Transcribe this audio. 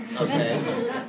okay